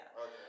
Okay